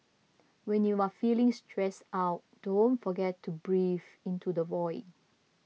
when you are feeling stressed out don't forget to breathe into the void